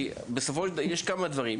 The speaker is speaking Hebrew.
יש פה כמה דברים.